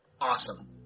Awesome